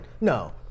No